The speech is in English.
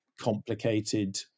complicated